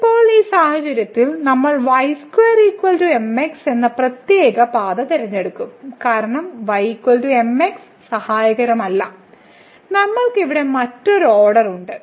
ഇപ്പോൾ ഈ സാഹചര്യത്തിൽ നമ്മൾ y2 mx എന്ന പ്രത്യേക പാത തിരഞ്ഞെടുക്കും കാരണം y mx സഹായകരമാകില്ല നമ്മൾക്ക് ഇവിടെ മറ്റൊരു ഓർഡർ ഉണ്ട്